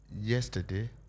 yesterday